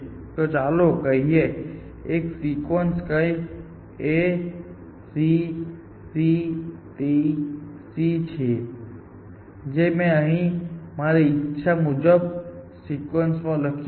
તો ચાલો કહીએ કે એક સિક્વન્સ કંઈક A C C T C છે જે મેં અહીં મારી ઈચ્છા મુજબના સિક્વન્સમાં લખ્યું છે